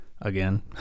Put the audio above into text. again